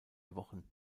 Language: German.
wochen